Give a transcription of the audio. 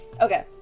Okay